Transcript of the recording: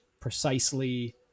precisely